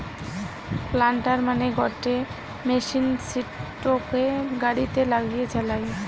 planter মানে গটে machine সিটোকে গাড়িতে লাগিয়ে চালায়